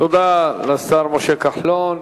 תודה לשר משה כחלון.